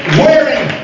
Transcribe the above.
wearing